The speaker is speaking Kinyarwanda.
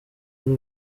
y’u